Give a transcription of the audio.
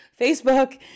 Facebook